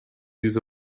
use